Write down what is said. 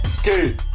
Okay